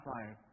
Fire